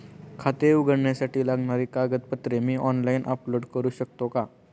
खाते उघडण्यासाठी लागणारी कागदपत्रे मी ऑनलाइन अपलोड करू शकतो का?